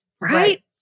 Right